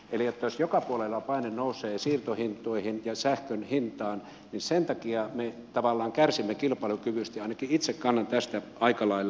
eli että jos joka puolella paine nousee siirtohintoihin ja sähkön hintaan niin sen takia me tavallaan kärsimme kilpailukyvystä ja ainakin itse kannan tästä aika lailla huolta